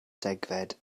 degfed